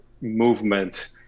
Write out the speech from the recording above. movement